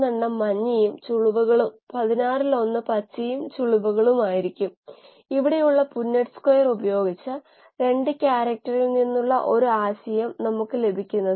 ഒരു വ്യവസായ കാഴ്ചപ്പാടിൽ നിന്ന് പോലും സൂക്ഷ്മ തലത്തിൽ കാര്യങ്ങൾ മനസ്സിലാക്കുന്നതിന് ഇത് ചില ആശയം നൽകുന്നു